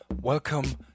welcome